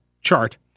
chart